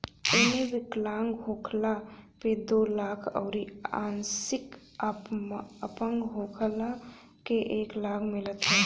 एमे विकलांग होखला पे दो लाख अउरी आंशिक अपंग होखला पे एक लाख मिलत ह